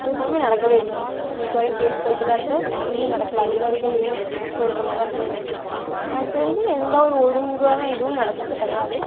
அதுக்கு ஒன்றுமே நடக்கவே இல்லையே இன்னைக்கி வரையும் கேஸ் போயிகிட்டு தான் இருக்குது ஒன்றுமே நடக்கலை அதிகாரிகள் இன்னும் சுதந்திரமாக தான் இருக்காங்க எனக்கு தெரிஞ்சு எந்த ஒரு ஒழுங்கான இதுவும் நடக்கிறது கிடையாது